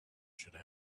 should